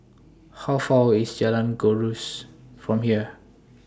How Far away IS Jalan Gajus from here